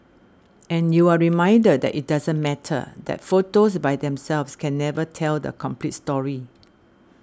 and you are reminded that it doesn't matter that photos by themselves can never tell the complete story